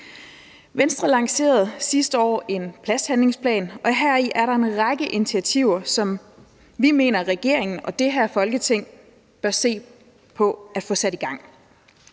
Venstre lancerede sidste år en plasthandlingsplan, og heri er der en række initiativer, som vi mener regeringen og det her Folketing bør se på at få sat i gang.